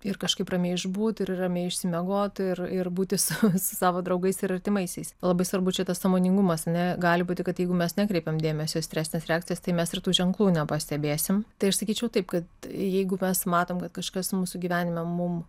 ir kažkaip ramiai išbūt ir ramiai išsimiegot ir ir būti su savo draugais ir artimaisiais labai svarbu čia tas sąmoningumas ar ne gali būti kad jeigu mes nekreipiam dėmesio į stresines reakcijas tai mes ir tų ženklų nepastebėsim tai aš sakyčiau taip kad jeigu mes matom kad kažkas mūsų gyvenime mum